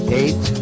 eight